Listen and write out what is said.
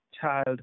child